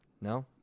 No